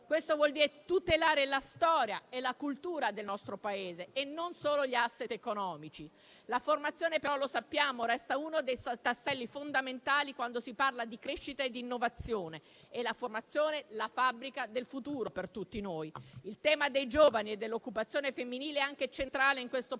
Questo vuol dire tutelare la storia e la cultura del nostro Paese e non solo gli *asset* economici. La formazione, lo sappiamo, resta uno dei tasselli fondamentali quando si parla di crescita e di innovazione. La formazione è la fabbrica del futuro per tutti noi. Il tema dei giovani e dell'occupazione femminile è anche centrale in questo